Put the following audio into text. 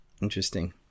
Interesting